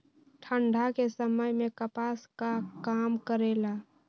ठंडा के समय मे कपास का काम करेला?